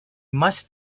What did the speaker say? must